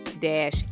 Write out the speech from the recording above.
dash